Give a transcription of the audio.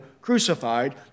crucified